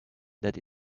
that